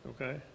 okay